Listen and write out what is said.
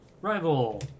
Rival